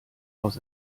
aus